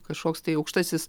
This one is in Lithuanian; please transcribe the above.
kažkoks tai aukštasis